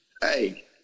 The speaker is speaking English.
hey